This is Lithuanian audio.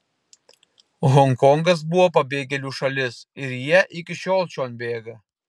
honkongas buvo pabėgėlių šalis ir jie iki šiol čion bėga